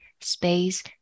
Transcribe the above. space